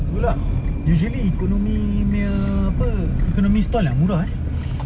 tu lah usually economy meal apa economy stall ah murah ah